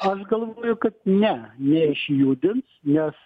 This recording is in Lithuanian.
aš galvoju kad ne neišjudins nes